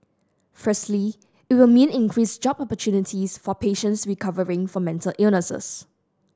firstly it will mean increased job opportunities for patients recovering from mental illness